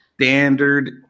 standard